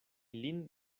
lin